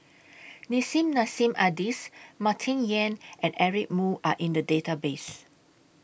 Nissim Nassim Adis Martin Yan and Eric Moo Are in The Database